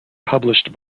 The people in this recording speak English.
published